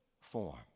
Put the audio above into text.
form